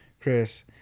Chris